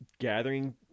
gathering